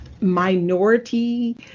minority